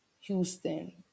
Houston